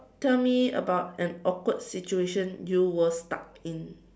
tell me about an awkward situation you were stuck in